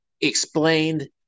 explained